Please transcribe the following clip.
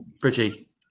Bridgie